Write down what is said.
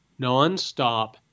nonstop –